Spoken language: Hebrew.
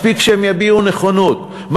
מספיק שהם יביעו נכונות,